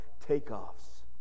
takeoffs